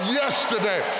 yesterday